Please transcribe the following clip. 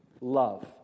love